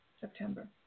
September